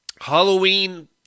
Halloween